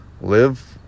live